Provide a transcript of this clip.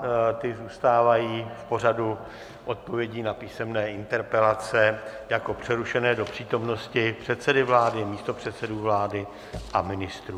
Ty zůstávají v pořadu odpovědí na písemné interpelace jako přerušené do přítomnosti předsedy vlády, místopředsedů vlády a ministrů.